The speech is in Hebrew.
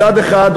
מצד אחד,